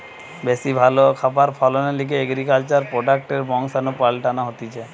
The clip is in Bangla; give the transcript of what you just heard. বেশি ভালো খাবার ফলনের লিগে এগ্রিকালচার প্রোডাক্টসের বংশাণু পাল্টানো হতিছে